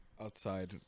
outside